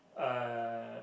uh